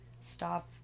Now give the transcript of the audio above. Stop